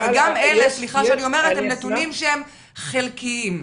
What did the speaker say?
וגם אלה הם נתונים שהם חלקיים.